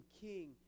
king